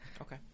Okay